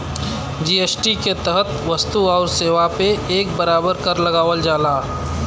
GST के तहत वस्तु आउर सेवा पे एक बराबर कर लगावल जाला